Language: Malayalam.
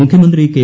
മുഖ്യമന്ത്രി കെ